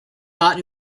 not